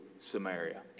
Samaria